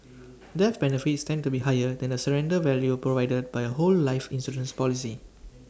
death benefits tend to be higher than the surrender value provided by A whole life insurance policy